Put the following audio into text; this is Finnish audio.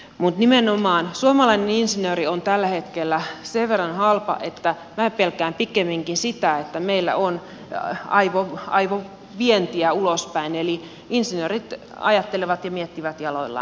mutta nimenomaan suomalainen insinööri on tällä hetkellä sen verran halpa että minä pelkään pikemminkin sitä että meillä on aivovientiä ulospäin eli insinöörit ajattelevat ja miettivät jaloillaan